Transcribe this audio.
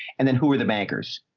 and then who were the bankers?